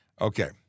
Okay